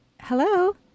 Hello